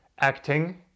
acting